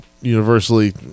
Universally